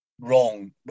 Wrong